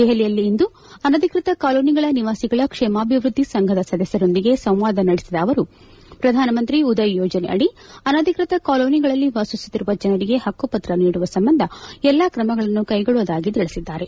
ದೆಹಲಿಯಲ್ಲಿಂದು ಅನಧಿಕೃತ ಕಾಲೋನಿಗಳ ನಿವಾಸಿಗಳ ಕ್ಷೇಮಾಭಿವೃದ್ಧಿ ಸಂಘದ ಸದಸ್ಯರೊಂದಿಗೆ ಸಂವಾದ ನಡೆಸಿದ ಅವರು ಪ್ರಧಾನಮಂತ್ರಿ ಉದಯ್ ಯೋಜನೆಯಡಿ ಅನಧಿಕೃತ ಕಾಲೋನಿಗಳಲ್ಲಿ ವಾಸಿಸುತ್ತಿರುವ ಜನರಿಗೆ ಹಕ್ಕುಪತ್ರ ನೀಡುವ ಸಂಬಂಧ ಎಲ್ಲ ಕ್ರಮಗಳನ್ನು ಕೈಗೊಳ್ಳುವುದಾಗಿ ತಿಳಿಸಿದ್ದಾರೆ